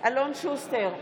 אלון שוסטר,